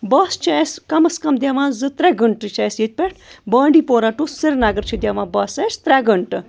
بَس چھِ اَسہِ کَمَس کَم دِوان زٕ ترٛےٚ گٲنٹہٕ چھِ اَسہِ ییٚتہِ پٮ۪ٹھ بانٛڈی پورہ ٹُہ سریٖنَگر چھِ دِوان بَس اَسہِ ترٛےٚ گَنٹہٕ